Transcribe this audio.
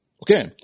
Okay